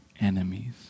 enemies